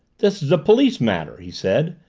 this is a police matter! he said,